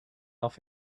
off